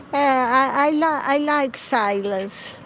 i like i like silence.